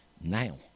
now